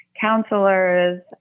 counselors